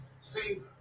See